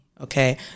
Okay